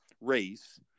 race